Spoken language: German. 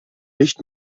nicht